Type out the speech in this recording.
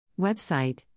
Website